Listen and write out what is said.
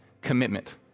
commitment